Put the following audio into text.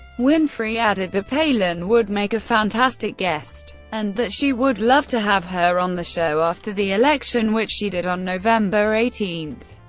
winfrey added that palin would make a fantastic guest and that she would love to have her on the show after the election, which she did on november eighteen,